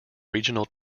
regional